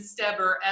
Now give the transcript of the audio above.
Steber